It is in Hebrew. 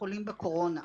חולים בקורונה.